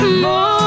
more